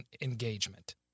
engagement